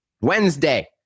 Wednesday